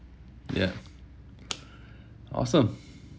ya awesome